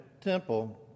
temple